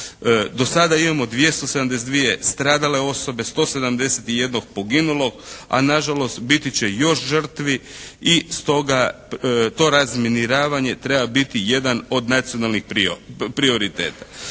Do sada imamo 272 stradale osobe, 171 poginulog, a nažalost biti će još žrtvi i stoga to razminiravanje treba biti jedan od nacionalnih prioriteta.